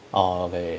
uh okay okay